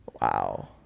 Wow